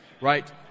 right